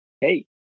hey